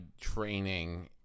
training